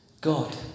God